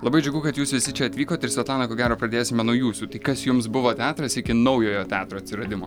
labai džiugu kad jūs visi čia atvykot ir svetlana ko gero pradėsime nuo jūsų tai kas jums buvo teatras iki naujojo teatro atsiradimo